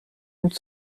une